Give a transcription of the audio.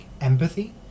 empathy